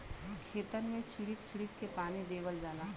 खेतन मे छीड़क छीड़क के पानी देवल जाला